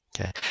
Okay